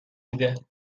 میده